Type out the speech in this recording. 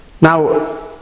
...now